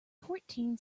fourteen